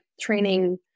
training